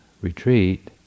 retreat